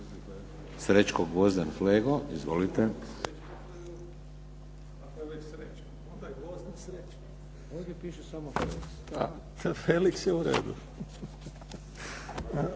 Srećko Gvozden Flego. Izvolite.